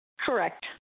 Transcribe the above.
Correct